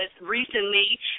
recently